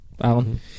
Alan